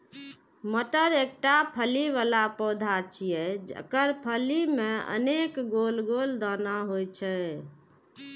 मटर एकटा फली बला पौधा छियै, जेकर फली मे अनेक गोल गोल दाना होइ छै